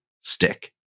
stick